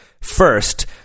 first